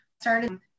Started